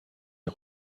est